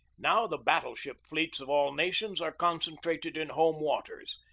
now the battle-ship fleets of all nations are concen trated in home waters,